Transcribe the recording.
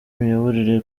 imiyoborere